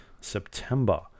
September